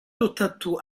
dutatu